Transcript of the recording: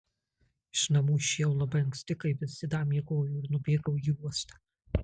iš namų išėjau labai anksti kai visi dar miegojo ir nubėgau į uostą